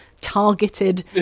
targeted